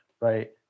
right